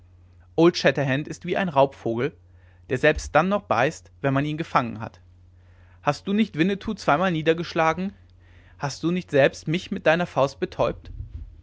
ist wie ein raubvogel der selbst dann noch beißt wenn man ihn gefangen hat hast du nicht winnetou zweimal niedergeschlagen hast du nicht selbst mich mit deiner faust betäubt